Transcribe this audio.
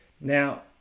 Now